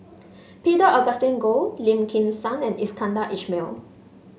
Peter Augustine Goh Lim Kim San and Iskandar Ismail